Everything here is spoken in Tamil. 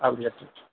அப்படியா சார்